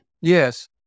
Yes